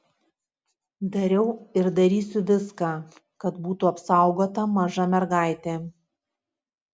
dariau ir darysiu viską kad būtų apsaugota maža mergaitė